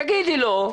תגידי לו,